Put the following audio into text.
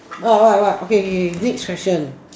right right right okay okay next question